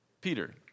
Peter